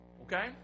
Okay